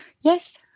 Yes